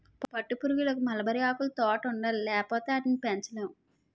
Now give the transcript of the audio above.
పట్టుపురుగులకు మల్బరీ ఆకులుతోట ఉండాలి లేపోతే ఆటిని పెంచలేము